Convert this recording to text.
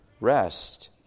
rest